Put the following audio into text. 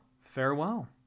farewell